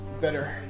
Better